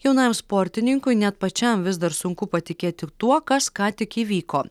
jaunajam sportininkui net pačiam vis dar sunku patikėti tuo kas ką tik įvyko